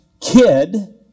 kid